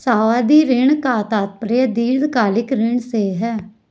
सावधि ऋण का तात्पर्य दीर्घकालिक ऋण से है